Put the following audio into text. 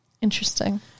Interesting